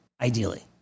ideally